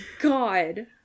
god